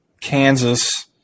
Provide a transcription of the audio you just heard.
Kansas